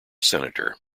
senator